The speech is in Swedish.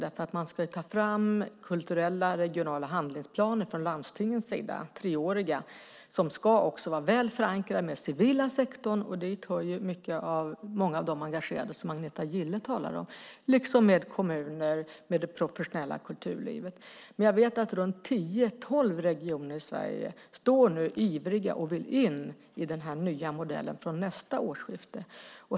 Landstingen ska ta fram treåriga, kulturella, regionala handlingsplaner som också ska vara väl förankrade med den civila sektorn, och dit hör ju många av de engagerade som Agneta Gille talar om, och med kommuner och det professionella kulturlivet. Jag vet att tio till tolv regioner i Sverige är ivriga och vill in i den här nya modellen från nästa årsskifte.